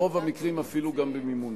ברוב המקרים אפילו גם במימונה.